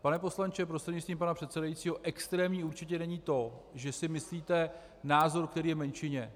Pane poslanče prostřednictvím pana předsedajícího, extrémní určitě není to, že si myslíte názor, který je v menšině.